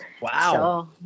Wow